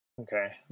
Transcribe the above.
Okay